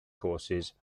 courses